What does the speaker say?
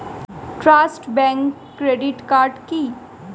Trust Bank credit card কি?